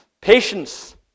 Patience